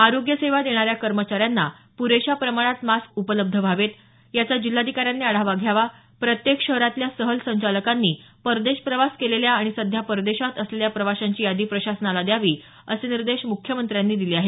आरोग्य सेवा देणाऱ्या कर्मचाऱ्यांना पुरेशा प्रमाणात मास्क उपलब्ध व्हावेत याचा जिल्हाधिकाऱ्यांनी आढावा घ्यावा प्रत्येक शहरातल्या सहल संचालकांनी परदेश प्रवास केलेल्या आणि सध्या परदेशात असलेल्या प्रवाशांची यादी प्रशासनाला द्यावी असे निर्देश मुख्यमंत्र्यांनी दिले आहेत